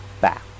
back